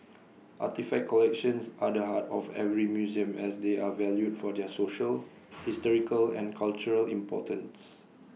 artefact collections are the heart of every museum as they are valued for their social historical and cultural importance